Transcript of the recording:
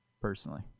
personally